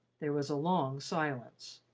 there was a long silence.